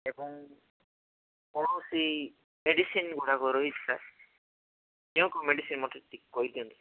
ଏବଂ କୌଣସି ମେଡିସିନ୍ ଗୁଡ଼ା ଘରୋଇ ଚିକିତ୍ସା ଯେଉଁ କୋଉ ମେଡିସିନ୍ ମୋତେ ଟିକେ କହିଦିଅନ୍ତୁ ସାର୍